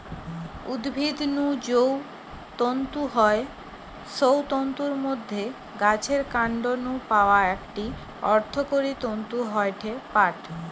উদ্ভিদ নু যৌ তন্তু হয় সৌ তন্তুর মধ্যে গাছের কান্ড নু পাওয়া একটি অর্থকরী তন্তু হয়ঠে পাট